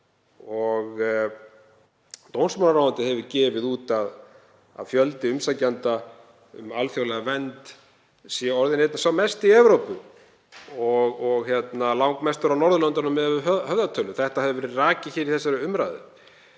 Dómsmálaráðuneytið hefur gefið út að fjöldi umsækjenda um alþjóðlega vernd sé orðinn einn sá mesti í Evrópu og langmestur á Norðurlöndum miðað við höfðatölu. Þetta hefur verið rakið í þessari umræðu.